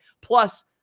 Plus